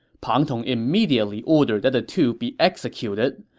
pang tong immediately ordered that the two be executed.